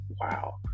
wow